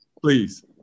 Please